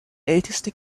älteste